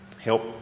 help